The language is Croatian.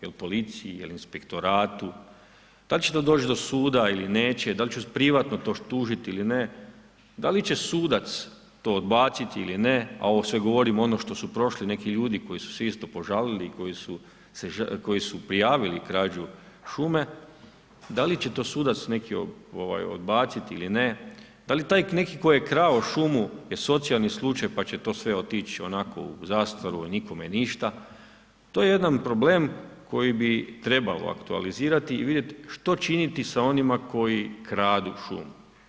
Jel policiji, jel inspektoratu, da li će to doći do suda ili neće, da li će privatno to tužiti ili ne, dal i će sudac to odbaciti ili ne a ovo sve govorim ono što su prošli neki ljudi koji su se isto požalili i koji su prijavili krađu šume, da li će to sudac neki odbaciti ili ne, da li taj neki koji je krao šumu je socijalni slučaj pa će to sve otić onako u zastaru a nikome ništa, to je jedan problem koji bi trebalo aktualizirati i vidjeti što činiti sa onima koji kradu šumu.